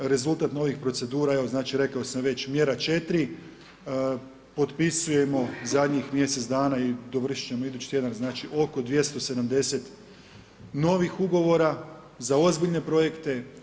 Rezultat novih procedura, evo, znači rekao sam već, mjera 4, potpisujemo zadnjih mjesec dana i dovršiti ćemo idući tjedan oko 270 novih ugovora za ozbiljne projekte.